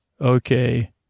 Okay